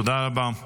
תודה רבה.